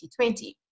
2020